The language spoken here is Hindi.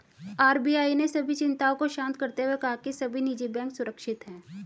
आर.बी.आई ने सभी चिंताओं को शांत करते हुए कहा है कि सभी निजी बैंक सुरक्षित हैं